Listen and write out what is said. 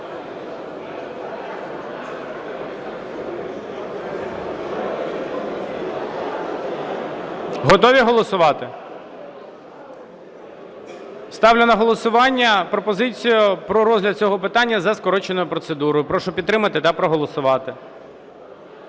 Готові голосувати? Ставлю на голосування пропозицію про розгляд цього питання за скороченою процедурою. Прошу підтримати та проголосувати.